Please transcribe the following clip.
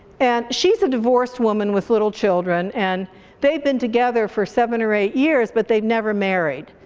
and she's a divorced woman with little children and they've been together for seven or eight years but they've never married.